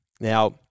now